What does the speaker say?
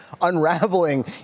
unraveling